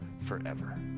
forever